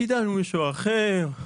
קיבלנו מישהו אחר,